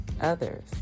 others